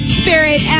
spirit